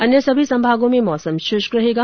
अन्य सभी संभागों में मौसम शृष्क रहेगा